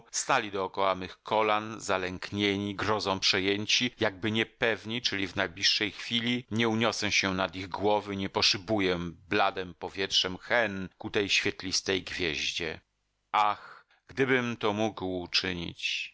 stali dokoła mych kolan zalęknieni grozą przejęci jakby nie pewni czyli w najbliższej chwili nie uniosę się nad ich głowy i nie poszybuję bladem powietrzem hen ku tej świetlistej gwieździe ach gdybym to mógł uczynić